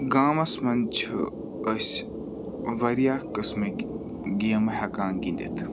گامَس منٛز چھُ أسۍ واریاہ قٕسمٕکۍ گیمہٕ ہٮ۪کان گِنٛدِتھ